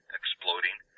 exploding